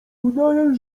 udaję